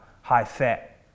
high-fat